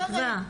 סטפה,